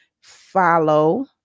follow